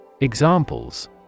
Examples